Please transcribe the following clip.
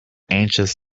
anxious